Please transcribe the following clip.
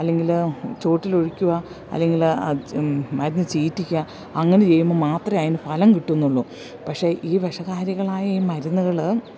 അല്ലെങ്കിൽ ചുവട്ടിൽ ഒഴിക്കുക അല്ലങ്കില് മരുന്ന് ചീറ്റിക്കുക അങ്ങനെ ചെയ്യുമ്പം മാത്രമേ അതിന് ഫലം കിട്ടുമെന്നുള്ളു പക്ഷെ ഈ വിഷകാരികളായ ഈ മരുന്നുകൾ